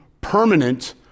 permanent